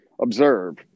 observe